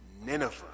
Nineveh